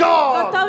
God